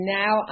now